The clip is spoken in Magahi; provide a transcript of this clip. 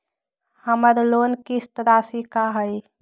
हमर लोन किस्त राशि का हई?